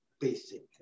basic